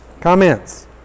Comments